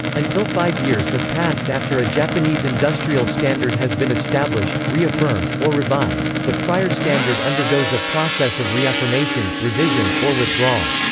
until five years have passed after a japanese industrial standard has been established, reaffirmed, or revised, the prior standard undergoes a process of reaffirmation, revision, or withdrawal.